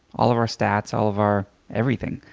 all of our stats, all of our everything.